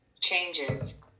changes